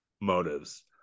motives